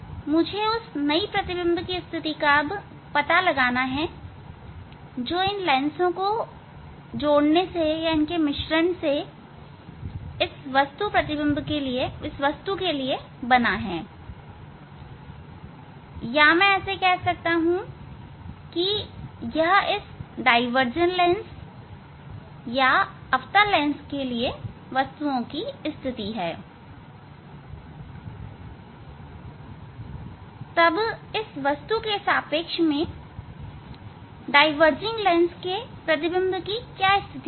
मुझे उस प्रतिबिंब की नई स्थिति का पता लगाना है जो इस लेंस के मिश्रण के लिए इस वस्तु का प्रतिबिंब है या मैं कह सकता हूं कि यह इस डायवर्जन लेंस या अवतल लेंस के लिए वस्तुओं की स्थिति है तब इस वस्तु के सापेक्ष में डायवर्जिंग लेंस के प्रतिबिंब की क्या स्थिति होगी